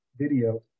video